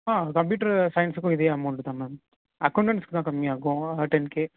ஆ computer சைன்ஸுக்கும் இதே amount தான் மேம் அக்கோண்டன்ஸ்க்கு தான் கம்மியாகும் ஆ டென் கே